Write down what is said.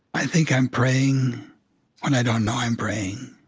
i think i'm praying when i don't know i'm praying.